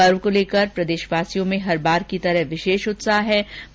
पर्व को लेकर प्रदेशवासियों में हर बार की तरह विशेष उत्साह देखा जा रहा है